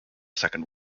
second